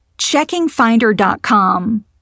checkingfinder.com